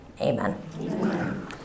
amen